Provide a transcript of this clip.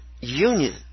union